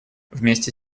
вместе